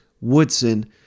Woodson